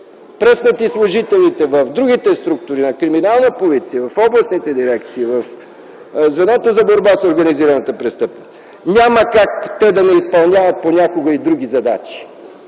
Пръснати служителите в другите структури на криминална полиция в областните дирекции, в звеното за борба с организираната престъпност, няма как те да не изпълняват понякога и други задачи,